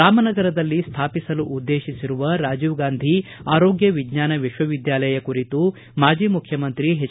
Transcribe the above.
ರಾಮನಗರದಲ್ಲಿ ಸ್ವಾಪಿಸಲು ಉದ್ದೇಶಿಸಿರುವ ರಾಜೀವ ಗಾಂಧಿ ಆರೋಗ್ಗ ವಿಜ್ವಾನ ವಿಶ್ವವಿದ್ಯಾಲಯ ಕುರಿತು ಮಾಜಿ ಮುಖ್ಯಮಂತ್ರಿ ಎಚ್